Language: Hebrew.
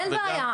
אין בעיה.